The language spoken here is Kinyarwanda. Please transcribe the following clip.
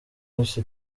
yose